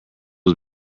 was